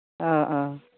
अह अह